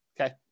Okay